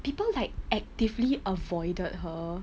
people like actively avoided her